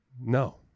No